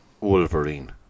Wolverine